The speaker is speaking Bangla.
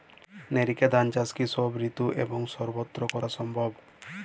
নেরিকা ধান চাষ কি সব ঋতু এবং সবত্র করা সম্ভব?